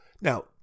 Now